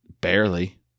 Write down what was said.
Barely